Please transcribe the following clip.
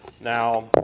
Now